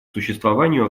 существованию